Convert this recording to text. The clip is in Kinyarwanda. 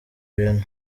ibintu